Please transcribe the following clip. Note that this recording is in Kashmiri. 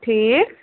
ٹھیٖک